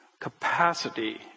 capacity